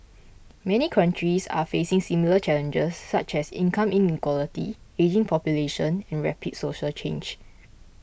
many countries are facing similar challenges such as income inequality ageing population and rapid social change